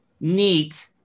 neat